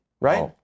right